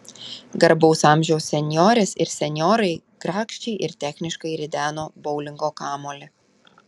garbaus amžiaus senjorės ir senjorai grakščiai ir techniškai rideno boulingo kamuolį